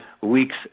weeks